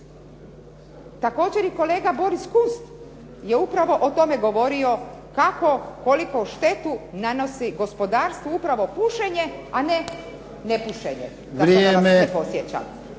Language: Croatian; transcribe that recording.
Također i kolega Boris Kunst je upravo o tome govorio kako, koliku štetu nanosi gospodarstvu upravo pušenje, a ne nepušenje na koje